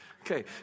Okay